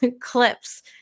clips